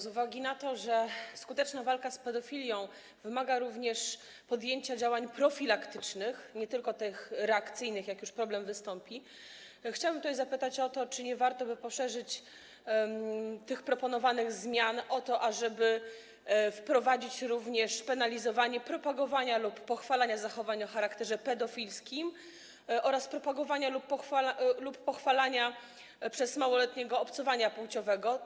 Z uwagi na to, że skuteczna walka z pedofilią wymaga również podjęcia działań profilaktycznych, nie tylko tych reakcyjnych, jak już problem wystąpi, chciałabym zapytać o to, czy nie byłoby warto poszerzyć tych proponowanych zmian o penalizowanie propagowania lub pochwalania zachowań o charakterze pedofilskim oraz propagowania lub pochwalania podejmowania przez małoletniego obcowania płciowego.